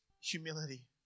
Humility